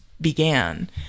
began